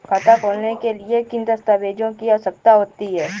खाता खोलने के लिए किन दस्तावेजों की आवश्यकता होती है?